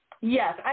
Yes